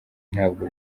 ntabwo